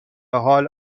حال